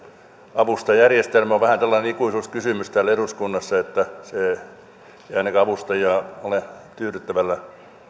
avustajajärjestelmä on vähän tällainen ikuisuuskysymys täällä eduskunnassa se ei ainakaan avustajia tyydyttävällä